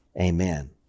amen